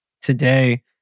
today